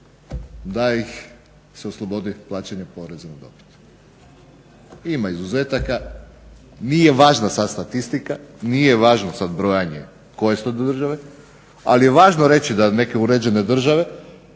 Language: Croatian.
da ih se oslobodi plaćanja poreza na dobit. Ima izuzetaka, nije važna sva statistika, nije važno sada brojanje koje su to države ali je važno reći da neke uređene države